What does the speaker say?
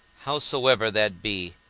howsoever that be,